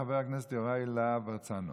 חבר הכנסת יוראי להב הרצנו.